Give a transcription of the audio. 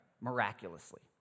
miraculously